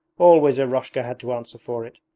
always eroshka had to answer for it.